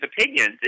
opinions